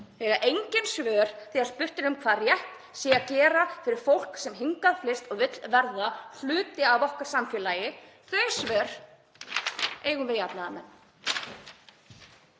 eiga engin svör þegar spurt er um hvað rétt sé að gera fyrir fólk sem hingað flyst og vill verða hluti af okkar samfélagi. Þau svör eigum við jafnaðarmenn.